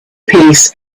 piece